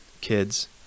Kids